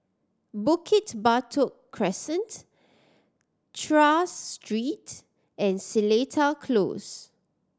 Bukit Batok Crescent Tras Street and Seletar Close